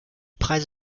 preise